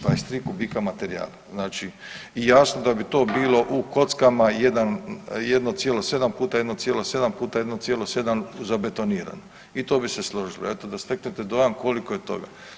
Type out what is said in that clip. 23 kubika materijala, znači i jasno da bi to bilo u kockama 1,7 x 1,7 x 1,7 zabetonirano i to bi se složilo, eto, da steknete dojam koliko je toga.